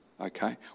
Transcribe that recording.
okay